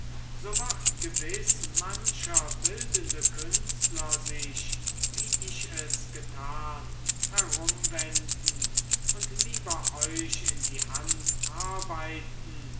so wird gewiß mancher bildende künstler sich wie ich es getan herumwenden und lieber euch in die hand arbeiten